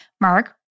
Mark